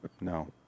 No